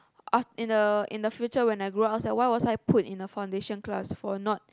after in the in the future when I grow up I was like why was I put in a foundation class for not